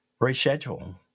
reschedule